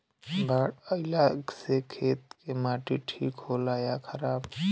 बाढ़ अईला से खेत के माटी ठीक होला या खराब?